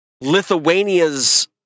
Lithuania's